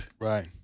right